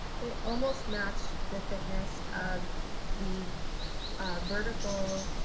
they almost match the thickness of the vertical,